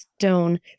stone